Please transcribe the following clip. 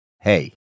Hey